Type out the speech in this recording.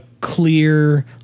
clear